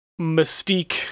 Mystique